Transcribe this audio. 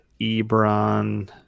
Ebron